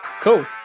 Cool